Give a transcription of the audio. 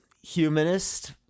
humanist